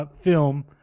film